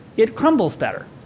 it crumbles better.